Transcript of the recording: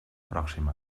pròxima